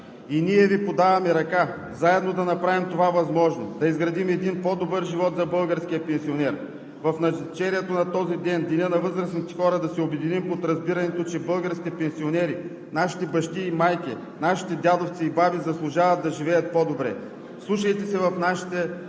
И ние Ви подаваме ръка заедно да направим това възможно – да изградим един по-добър живот за българския пенсионер. В навечерието на този ден – Деня на възрастните хора, да се обединим под разбирането, че българските пенсионери – нашите бащи и майки, дядовци и баби, заслужават да живеят по-добре, вслушайте се в нашите